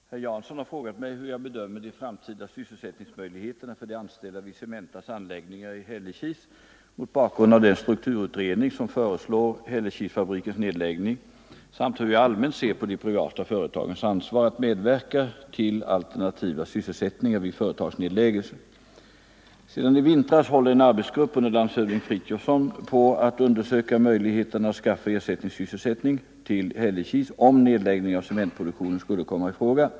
Herr talman! Herr Jansson har frågat mig hur jag bedömer de framtida sysselsättningsmöjligheterna för de anställda vid Cementas anläggningar i Hällekis mot bakgrund av den strukturutredning som föreslår Hällekisfabrikens nedläggning samt hur jag allmänt ser på de privata företagens ansvar att medverka till alternativa sysselsättningar vid företagsnedläggelser. Sedan i vintras håller en arbetsgrupp under landshövding Frithiofson på att undersöka möjligheterna att skaffa ersättningssysselsättning till Hällekis, om nedläggning av cementproduktionen skulle komma i fråga.